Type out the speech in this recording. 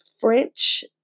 French